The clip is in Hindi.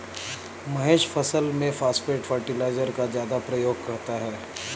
महेश फसल में फास्फेट फर्टिलाइजर का ज्यादा प्रयोग करता है